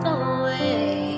away